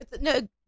No